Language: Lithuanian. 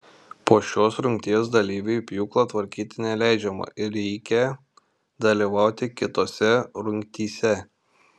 po šios rungties dalyviui pjūklo tvarkyti neleidžiama ir reikia dalyvauti kitose rungtyse